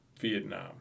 Vietnam